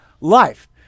life